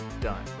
done